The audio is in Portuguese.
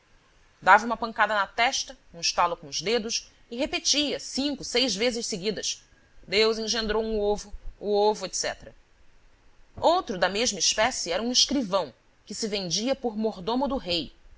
dava uma pancada na testa um estalo com os dedos e repetia cinco seis vezes seguidas deus engendrou um ovo o ovo etc outro da mesma espécie era um escrivão que se vendia por mordomo do rei